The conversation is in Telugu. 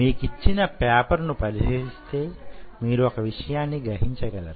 మీకిచ్చిన పేపర్ ను పరిశీలిస్తే మీరు ఒక విషయాన్ని గ్రహించగలరు